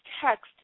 text